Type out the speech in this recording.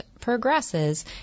progresses